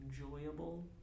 enjoyable